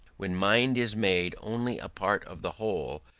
when mind is made only a part of the whole,